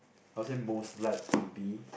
I'll say most liked would be